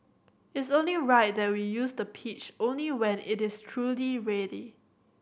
it's only right that we use the pitch only when it is truly ready